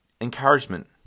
encouragement